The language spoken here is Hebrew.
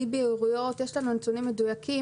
אי-בהירויות יש לנו נתונים מדויקים,